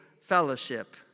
fellowship